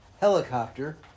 helicopter